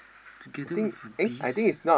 together with a beast